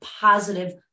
positive